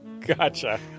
Gotcha